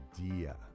idea